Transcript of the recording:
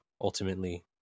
ultimately